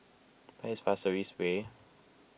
where is Pasir Ris Way